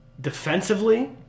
Defensively